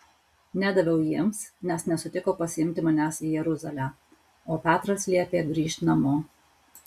nedaviau jiems nes nesutiko pasiimti manęs į jeruzalę o petras liepė grįžt namo